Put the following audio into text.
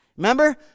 Remember